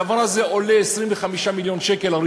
הדבר הזה, הרישום, עולה 25 מיליון שקל,